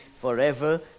forever